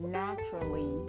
naturally